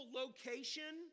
location